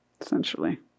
essentially